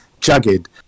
jagged